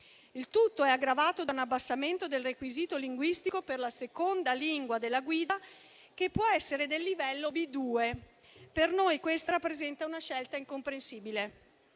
Il tutto è aggravato da un abbassamento del requisito linguistico per la seconda lingua della guida, che può essere del livello B2. Per noi questa rappresenta una scelta incomprensibile.